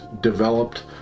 developed